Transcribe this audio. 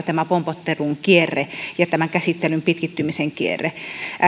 tämä pompottelun kierre ja käsittelyn pitkittymisen kierre